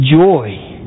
joy